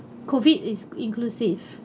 COVID is inclusive